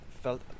felt